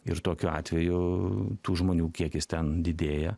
ir tokiu atveju tų žmonių kiekis ten didėja